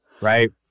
right